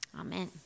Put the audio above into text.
Amen